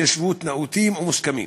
התיישבות נאותים או מוסכמים,